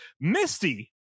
Misty